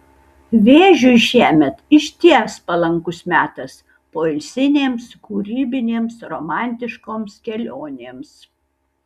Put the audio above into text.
vėžiui šiemet išties palankus metas poilsinėms kūrybinėms romantiškoms kelionėms